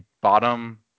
bottom